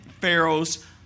Pharaoh's